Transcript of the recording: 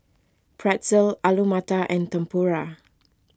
Pretzel Alu Matar and Tempura